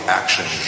action